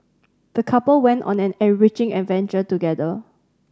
the couple went on an enriching adventure together